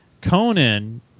Conan